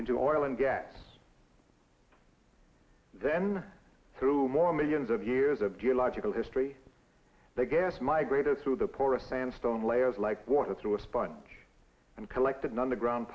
into oil and gas then through more millions of years of geological history the gas migrated through the porous sandstone layers like water through a sponge and collected in underground